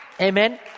Amen